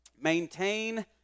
maintain